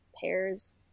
Pears